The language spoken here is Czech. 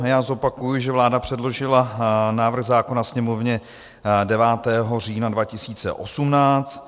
Já zopakuji, že vláda předložila návrh zákona Sněmovně 9. října 2018.